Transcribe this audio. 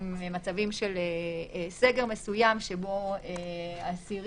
אם האסיר